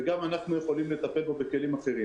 וגם אנחנו יכולים לטפל בו בכלים אחרים,